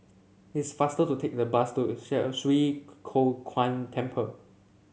it's faster to take the bus to Share Swee Kow Kuan Temple